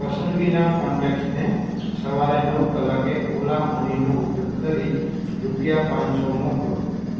પસંદગીના કૉન્ટેક્ટસને સવારે નવ કલાકે ઓલા મનીનો ઉપયોગ કરી રૂપિયા પાંચસો મોકલો